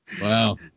Wow